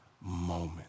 moment